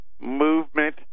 movement